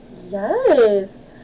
Yes